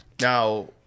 Now